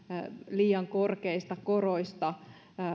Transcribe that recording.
liian korkeista koroista